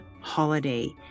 Holiday